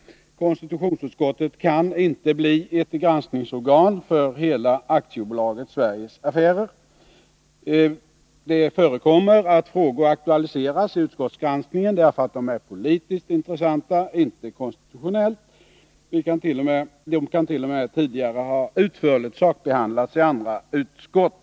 Konstitutionsutskottet kan inte bli ett granskningsorgan för hela aktiebolaget Sveriges affärer. Det förekommer att frågor aktualiseras i utskottsgranskningen därför att de är politiskt men inte konstitutionellt intressanta. De kant.o.m. tidigare utförligt ha sakbehandlats i andra utskott.